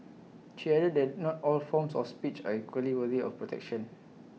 she added that not all forms of speech are equally worthy of protection